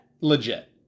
legit